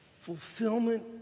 Fulfillment